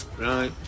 right